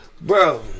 Bro